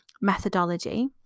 methodology